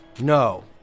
No